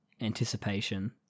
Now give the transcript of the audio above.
anticipation